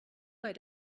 bei